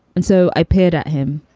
and so i peered at him,